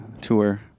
tour